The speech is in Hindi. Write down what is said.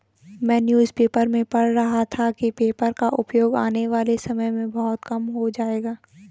मैं न्यूज़ पेपर में पढ़ रहा था कि पेपर का उपयोग आने वाले समय में बहुत कम हो जाएगा